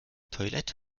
toilette